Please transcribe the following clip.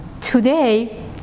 Today